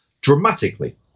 dramatically